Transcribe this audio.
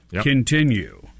continue